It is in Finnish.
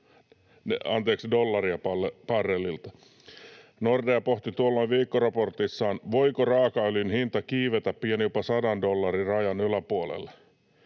yhteensä 95,4 dollaria barrelilta. Nordea pohti tuolloin viikkoraportissaan, voiko raakaöljyn hinta kiivetä pian jopa sadan dollarin rajan yläpuolelle.